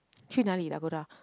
去哪里 Dakota